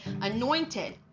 anointed